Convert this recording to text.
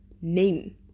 name